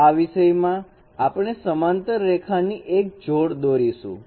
તો આ વિષય માં આપણે સમાંતર રેખા ની એક જોડ દોરીશું